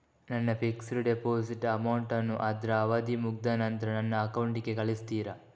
ನನ್ನ fixed deposit amount ಅನ್ನು ಅದ್ರ ಅವಧಿ ಮುಗ್ದ ನಂತ್ರ ನನ್ನ ಅಕೌಂಟ್ ಗೆ ಕಳಿಸ್ತೀರಾ?